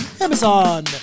Amazon